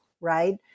right